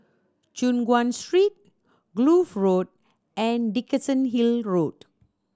Choon Guan Street Kloof Road and Dickenson Hill Road